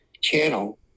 channel